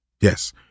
Yes